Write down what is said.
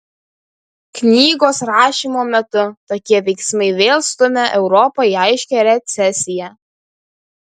knygos rašymo metu tokie veiksmai vėl stumia europą į aiškią recesiją